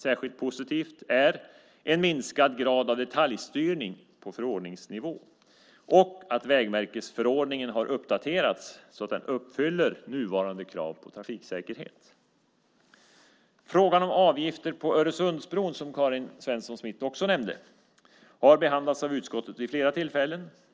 Särskilt positivt är en minskad grad av detaljstyrning på förordningsnivå och att vägmärkesförordningen har uppdaterats så att den uppfyller nuvarande krav på trafiksäkerhet. Frågan om avgifter på Öresundsbron, som Karin Svensson Smith också nämnde, har behandlats av utskottet vid flera tillfällen.